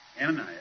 Ananias